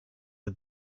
the